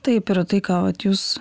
taip ir tai ką vat jūs